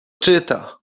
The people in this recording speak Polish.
czyta